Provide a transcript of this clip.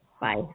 Bye